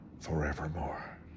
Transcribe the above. forevermore